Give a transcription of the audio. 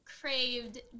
craved